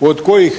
od kojih